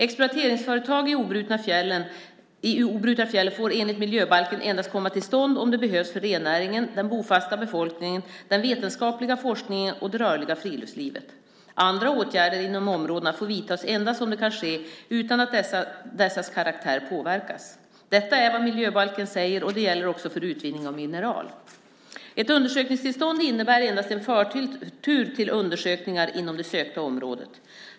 Exploateringsföretag i obrutna fjällen får enligt miljöbalken endast komma till stånd om det behövs för rennäringen, den bofasta befolkningen, den vetenskapliga forskningen eller det rörliga friluftslivet. Andra åtgärder inom områdena får vidtas endast om det kan ske utan att dessas karaktär påverkas. Detta är vad miljöbalken säger och det gäller också för utvinning av mineral. Ett undersökningstillstånd innebär endast en förtur till undersökningar inom det sökta området.